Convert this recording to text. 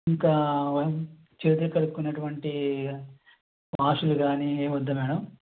ఇంకా చేతులు కడుక్కునేటువంటి వాషులు కానీ ఏం వద్దా మేడం